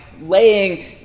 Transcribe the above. laying